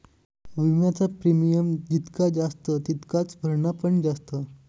विम्याचा प्रीमियम जितका जास्त तितकाच भरणा पण जास्त